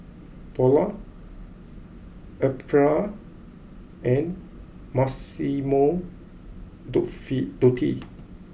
Polar Aprilia and Massimo Dufy Dutti